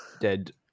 Dead